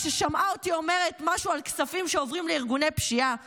כששמעה אותי אומרת משהו על כספים שעוברים לארגוני פשיעה וזלזלה,